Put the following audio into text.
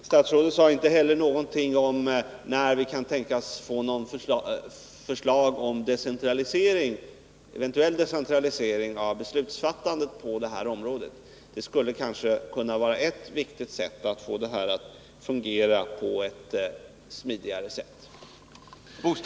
Statsrådet sade inte heller någonting om när vi eventuellt kan tänkas få ett förslag om en decentralisering av beslutsfattandet på det här området. En decentralisering skulle kunna vara ett bra sätt att få det att fungera på ett smidigare sätt.